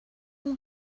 اون